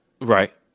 Right